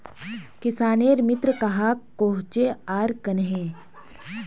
किसानेर मित्र कहाक कोहचे आर कन्हे?